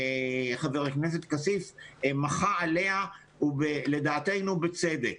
שחבר הכנסת כסיף מחה עליה, ולדעתנו בצדק.